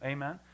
Amen